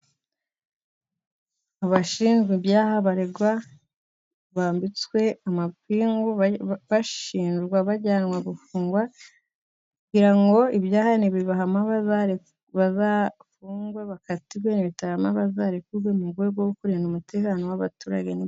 Abashinjwa ibyaha baregwa bambitswe amapingu bashinjwa bajyanwa gufungwa kugira ngo ibyaha nibibahama bazafungwe, bakatirwe, bazarekurwe mu rwego rwo kurinda umutekano w'abaturage.